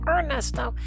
Ernesto